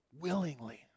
Willingly